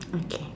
okay